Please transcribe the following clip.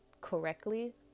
correctly